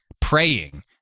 praying